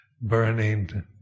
burning